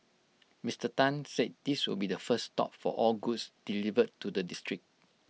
Mister Tan said this will be the first stop for all goods delivered to the district